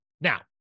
Now